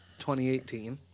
2018